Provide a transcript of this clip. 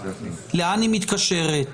לאן היא מתקשרת?